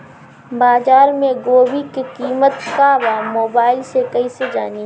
बाजार में गोभी के कीमत का बा मोबाइल से कइसे जानी?